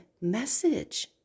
message